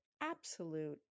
absolute